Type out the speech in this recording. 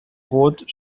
rot